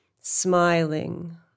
smiling